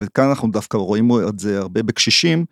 וכאן אנחנו דווקא רואים את זה הרבה בקשישים.